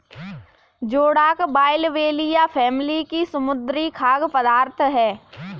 जोडाक बाइबलिया फैमिली का समुद्री खाद्य पदार्थ है